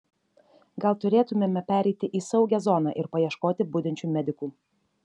gal turėtumėme pereiti į saugią zoną ir paieškoti budinčių medikų